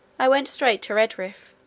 i went straight to redriff,